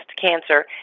Cancer